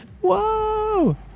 Whoa